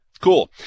Cool